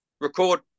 Record